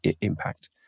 impact